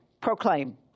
proclaim